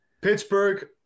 Pittsburgh